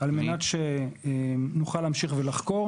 על מנת שנוכל להמשיך ולחקור.